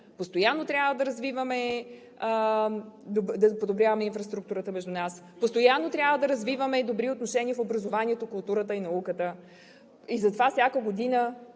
постоянно трябва да развиваме и да подобряваме инфраструктурата между нас, постоянно трябва да развиваме и добри отношения в образованието, културата и науката. Затова тази година